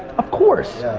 of course.